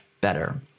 better